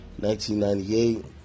1998